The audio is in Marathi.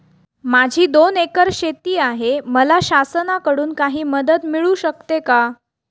माझी दोन एकर शेती आहे, मला शासनाकडून काही मदत मिळू शकते का?